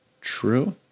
true